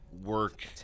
work